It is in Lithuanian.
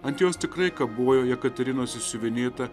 ant jos tikrai kabojo jekaterinos išsiuvinėta